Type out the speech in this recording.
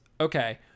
okay